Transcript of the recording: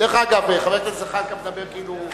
דרך אגב, חבר הכנסת זחאלקה מדבר כאילו הוא,